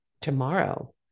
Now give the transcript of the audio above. tomorrow